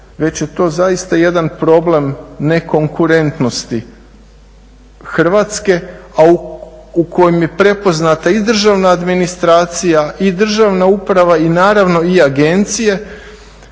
već je to zaista jedan problem nekonkurentnosti Hrvatske u kojem je prepoznata i državna administracija i državna uprava i naravno i agencije